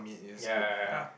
ya ya ya ya